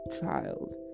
child